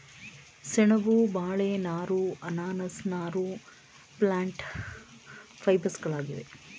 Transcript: ಸೆಣಬು, ಬಾಳೆ ನಾರು, ಅನಾನಸ್ ನಾರು ಪ್ಲ್ಯಾಂಟ್ ಫೈಬರ್ಸ್ಗಳಾಗಿವೆ